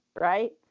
right